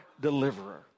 deliverer